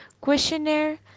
questionnaire